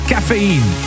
Caffeine